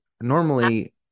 normally